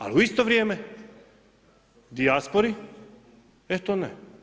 Ali u isto vrijeme dijaspori, e to ne.